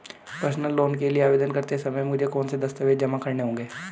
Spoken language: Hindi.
पर्सनल लोन के लिए आवेदन करते समय मुझे कौन से दस्तावेज़ जमा करने होंगे?